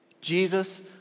Jesus